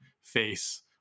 face